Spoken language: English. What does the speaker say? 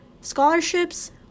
scholarships